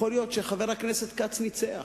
יכול להיות שחבר הכנסת כץ ניצח,